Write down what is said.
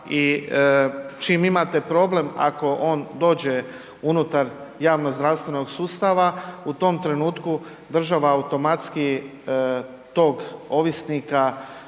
i čim imate problem ako on dođe unutar javno zdravstvenog sustava u tom trenutku država automatski tog ovisnika